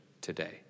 today